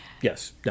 Yes